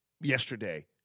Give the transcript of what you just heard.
yesterday